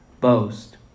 boast